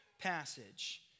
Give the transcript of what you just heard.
passage